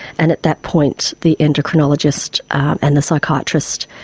and at that point the endocrinologist and the psychiatrist,